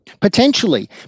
Potentially